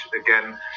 again